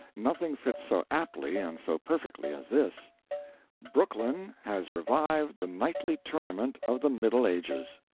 nothing fits so aptly and so perfectly as this brooklyn has revived the knightly tournament of the middle ages.